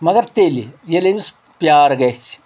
مگر تیٚلہِ ییٚلہِ أمِس پیار گژھِ